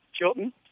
Chilton